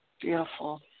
Beautiful